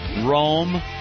Rome